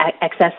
access